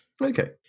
Okay